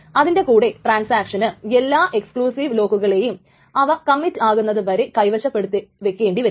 അതിൻറെ കൂടെ ട്രാന്സാക്ഷന് എല്ലാ എക്സ്ക്ലൂസീവ് ലോക്കുകളെയും അവ കമ്മിറ്റ് ആകുന്നത് വരെ കൈവശപ്പെടുത്തി വെക്കേണ്ടി വരും